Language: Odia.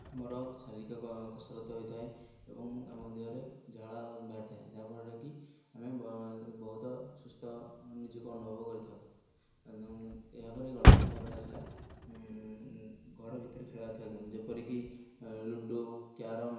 ଆମର ଶାରୀରିକ କସରତ ହୋଇଥାଏ ଏବଂ ଆମ ଦେହରେ ଝାଳ ବାହାରିଥାଏ ଯାହାଫଳରେ କି ଆମେ ବହୁତ ସୁସ୍ଥ ନିଜକୁ ଅନୁଭବ କରିଥାଉ ଏହାପରେ ଗଲା ଏହାପରେ ଆସିଲା ଘର ଭିତରେ ଖେଳା ଯାଉଥିବା ଗେମ୍ ଯେପରି କି ଲୁଡ଼ୁ କ୍ୟାରମ୍